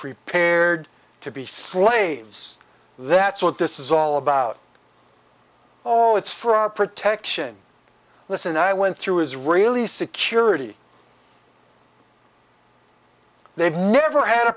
prepared to be slaves that's what this is all about all it's for our protection listen i went through israeli security they've never had a